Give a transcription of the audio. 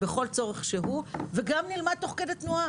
בכל צורך שהוא וגם נלמד תוך כדי תנועה,